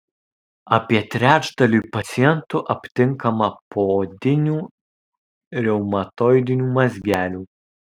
apie trečdaliui pacientų aptinkama poodinių reumatoidinių mazgelių